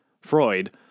Freud